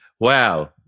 Wow